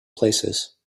places